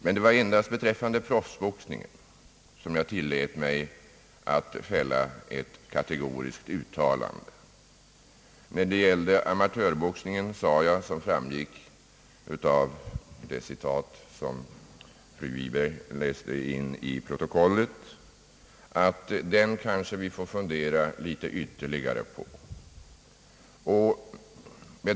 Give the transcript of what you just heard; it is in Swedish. Men det var endast beträffande proffsboxningen jag tillät mig att göra ett kategoriskt uttalande. När det gäller amatörboxningen sade jag — som också framgick av det citat fru Segerstedt Wiberg läste in i protokollet — att den får vi kanske fundera litet ytterligare på.